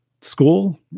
school